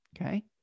okay